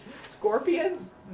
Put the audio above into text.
Scorpions